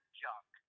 junk